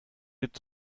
wird